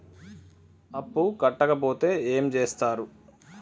అప్పు కట్టకపోతే ఏమి చేత్తరు?